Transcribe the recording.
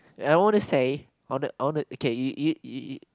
and I want to say I want to I want to okay you you you you